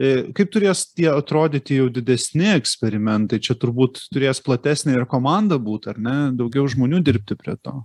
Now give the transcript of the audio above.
ir kaip turės tie atrodyti jau didesni eksperimentai čia turbūt turės platesnę ir komanda būt ar ne daugiau žmonių dirbti prie to